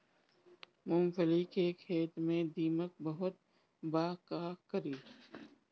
मूंगफली के खेत में दीमक बहुत बा का करी?